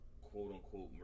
quote-unquote